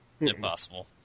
impossible